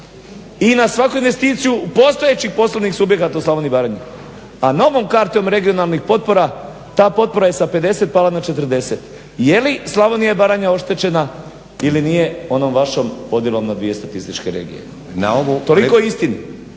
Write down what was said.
i na svaku investiciju postojećih poslovnih subjekata u Slavoniji i Baranji. A novom kartom regionalnih potpora ta potpora je sa 50 pala na 40. Jeli Slavonija i Baranja oštećena ili nije onom vašom podjelom na dvije statističke regije? Toliko o istini.